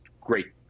great